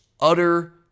utter